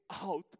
out